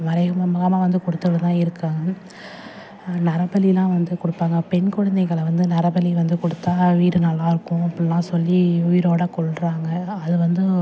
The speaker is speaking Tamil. மறைமுகமாகலாம் வந்து கொடுத்துட்டு இருக்காங்க நரபலிலாம் வந்து கொடுப்பாங்க பெண் கொழந்தைகள வந்து நரபலி வந்து கொடுத்தா வீடு நல்லாயிருக்கும் அப்புடில்லாம் சொல்லி உயிரோடு கொல்கிறாங்க அது வந்து